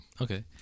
Okay